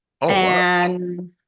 and-